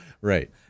Right